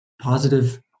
positive